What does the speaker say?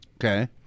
Okay